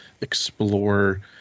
explore